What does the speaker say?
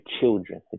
children